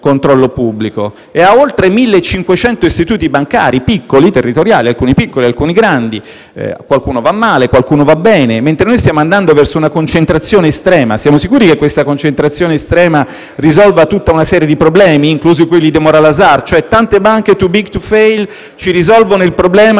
controllo pubblico e oltre 1.500 istituti bancari territoriali, alcuni piccoli, alcuni grandi - qualcuno va male, qualcuno va bene - mentre noi stiamo andando verso una concentrazione estrema. Siamo sicuri che una concentrazione estrema risolva tutta una serie di problemi, inclusi quelli del *moral hazard*, cioè: tante banche *too big to fail* ci risolvono il problema